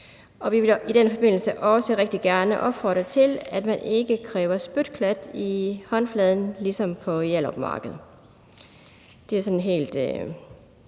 Vi vil i den forbindelse også rigtig gerne opfordre til, at man ikke kræver en spytklat i håndfladen ligesom på Hjallerup Marked.